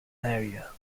area